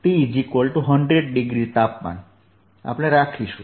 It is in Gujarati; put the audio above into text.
T 100 ડિગ્રી તાપમાન રાખીશું